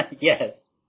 Yes